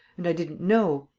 and i didn't know.